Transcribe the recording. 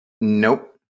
Nope